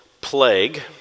plague